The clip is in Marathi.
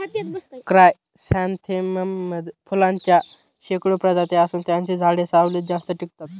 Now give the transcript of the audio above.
क्रायसॅन्थेमम फुलांच्या शेकडो प्रजाती असून त्यांची झाडे सावलीत जास्त टिकतात